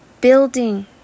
building